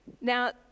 Now